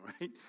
right